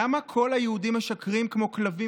למה כל היהודים משקרים כמו כלבים